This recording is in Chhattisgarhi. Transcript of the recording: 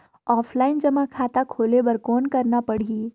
ऑफलाइन जमा खाता खोले बर कौन करना पड़ही?